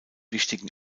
wichtigen